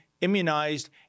immunized